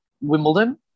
Wimbledon